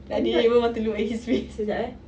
I didn't even want to look at his face